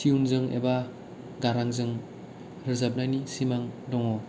तिउनजों एबा गारां जों रोजाबनायनि सिमां दङ